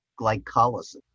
glycolysis